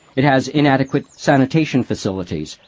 it has inadequate sanitation facilities.